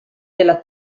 della